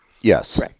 Yes